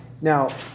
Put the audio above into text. Now